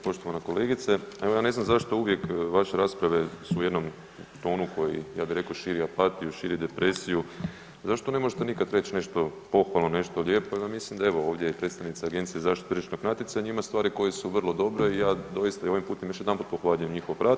Poštovana kolegice, evo ja ne znam zašto uvijek vaše rasprave su u jednom tonu koji, ja bi rekao, širi apatiju, širi depresiju, zašto ne možete nikad reć nešto pohvalno, nešto lijepo, ja mislim da, evo ovdje je i predstavnica Agencije za zaštitu tržišnog natjecanja, ima stvari koje su vrlo dobre i ja doista i ovim putem još jedanput pohvaljujem njihov rad.